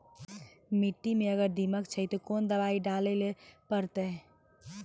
मिट्टी मे अगर दीमक छै ते कोंन दवाई डाले ले परतय?